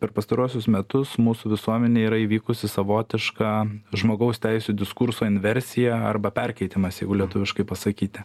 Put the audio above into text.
per pastaruosius metus mūsų visuomenėj yra įvykusi savotiška žmogaus teisių diskurso inversija arba perkeitimas jau lietuviškai pasakyti